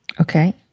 Okay